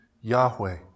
Yahweh